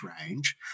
range